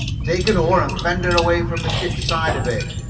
take an oar and fend her away from the ship's side a bit,